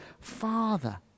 Father